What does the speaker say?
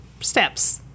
steps